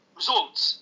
results